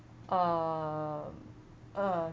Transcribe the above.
uh uh